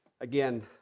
Again